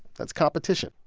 that's competition.